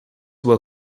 will